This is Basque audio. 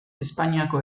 espainiako